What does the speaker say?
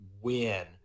win